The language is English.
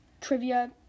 trivia